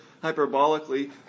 hyperbolically